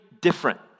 different